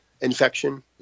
infection